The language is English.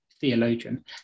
theologian